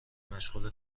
مشغول